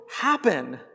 happen